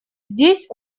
здесь